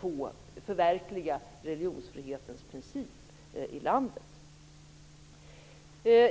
få förverkliga religionsfrihetens princip i landet.